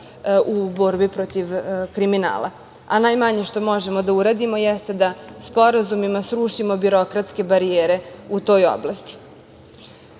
u borbi protiv kriminala. Najmanje što možemo da uradimo jeste da sporazumima srušimo birokratske barijere u toj oblasti. Hoću